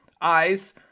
eyes